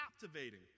captivating